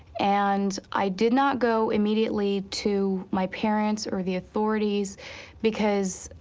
and i did not go immediately to my parents or the authorities because,